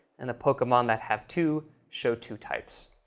and the pokemon that have two show two types.